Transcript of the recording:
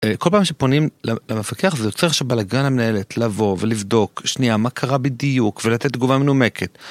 אה, כל פעם שפונים ל, למפקח זה יוצר שבלגן המנהלת לבוא ולבדוק, שנייה מה קרה בדיוק, ולתת תגובה מנומקת.